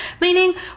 Meaning